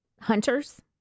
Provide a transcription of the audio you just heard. hunters